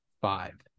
five